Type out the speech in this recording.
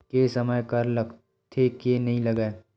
के समय कर लगथे के नइ लगय?